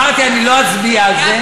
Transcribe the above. אמרתי: אני לא אצביע על זה,